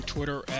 Twitter